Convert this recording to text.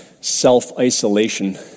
self-isolation